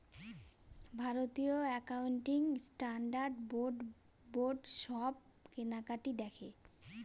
ভারতীয় accounting standard board সব কেনাকাটি দেখে